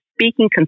speaking